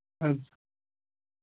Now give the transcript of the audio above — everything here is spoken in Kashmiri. حظ